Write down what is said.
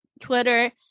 Twitter